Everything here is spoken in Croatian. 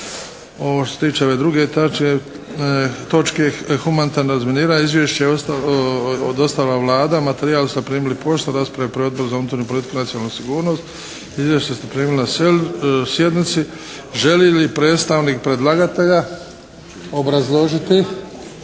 Što se tiče ove druge točke humanitarno razminiranje izvješće je dostavila Vlada. Materijal ste primili poštom. Raspravu je proveo Odbor za unutarnju politiku, nacionalnu sigurnost. Izvješće ste primili na sjednici. Želi li predstavnik predlagatelja obrazložiti